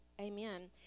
Amen